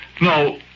No